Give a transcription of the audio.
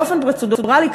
באופן פרוצדורלי,